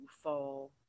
fall